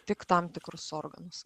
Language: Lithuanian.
tik tam tikrus organus